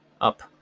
up